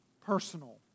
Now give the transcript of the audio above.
personal